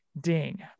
ding